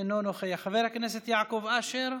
אינו נוכח, חבר הכנסת יעקב אשר,